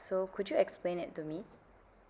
so could you explain it to me